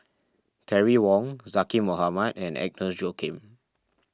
Terry Wong Zaqy Mohamad and Agnes Joaquim